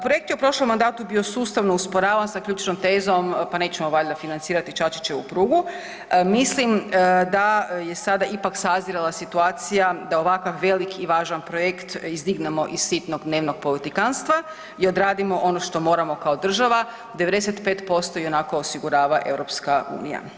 Projekt je u prošlom mandatu bio sustavno usporavan sa ključnom tezom pa nećemo valjda financirati Čačićevu prugu, mislim da je sada ipak sazrjela situacija da ovakav velik i važan projekt izdignemo iz sitnog dnevnog politikantstva i odradimo ono što moramo kao država, 95% ionako osigurava EU.